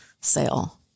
sale